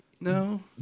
No